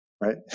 right